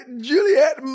Juliet